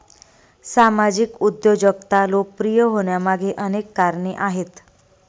सामाजिक उद्योजकता लोकप्रिय होण्यामागे अनेक कारणे आहेत